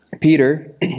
Peter